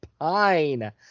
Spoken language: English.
pine